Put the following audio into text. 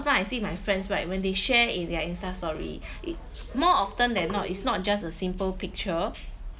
time I see my friends right when they share in their Insta story it more often than not it's not just a simple picture